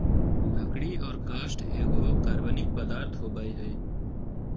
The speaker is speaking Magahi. लकड़ी और काष्ठ एगो कार्बनिक पदार्थ होबय हइ